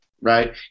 right